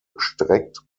streckt